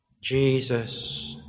Jesus